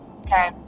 okay